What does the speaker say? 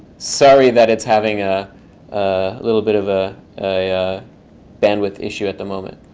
sorry that it's having ah a little bit of ah a a bandwidth issue at the moment.